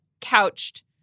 couched